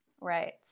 right